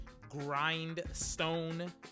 grindstone